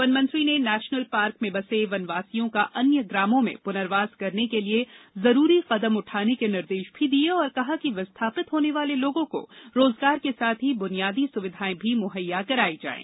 वनमंत्री ने national park में बसे वनवासियों का अन्य ग्रामों में पुनर्वास करने के लिए जरूरी कदम उठाने के निर्देश भी दिये और कहा कि विस्थापित होने वाले लोगों को रोजगार के साथ ही बुनियादी सुविधाएं भी मुहैया कराई जायें